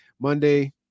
Monday